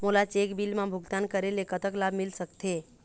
मोला cheque bill मा भुगतान करेले कतक लाभ मिल सकथे?